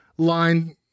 line